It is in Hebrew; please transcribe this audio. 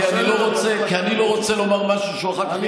כי אני לא רוצה לומר משהו שאחר כך הוא יגיד שלא דייקתי.